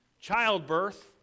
Childbirth